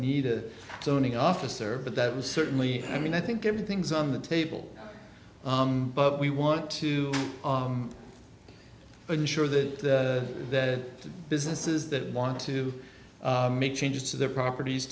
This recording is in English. need to toning officer but that was certainly i mean i think everything's on the table but we want to ensure that that businesses that want to make changes to their properties